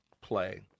play